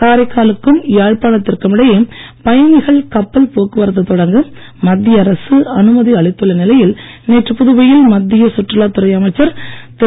காரைக்கா லுக்கும் யாழ்ப்பாண த்திற்கும் இடையே பயணிகள் கப்பல் போக்குவரத்து தொடங்க மத்திய அரசு அனுமதி அளித்துள்ள நிலையில் நேற்று புதுவையில் மத்திய சுற்றுலாத் துறை அமைச்சர் திரு